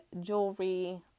jewelry